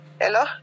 Hello